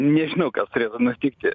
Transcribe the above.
nežinau kas turėtų nutikti